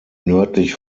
nördlich